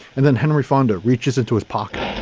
and then henry fonda reaches into his pocket